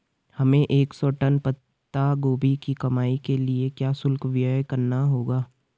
हमें एक सौ टन पत्ता गोभी की कटाई के लिए क्या शुल्क व्यय करना होगा?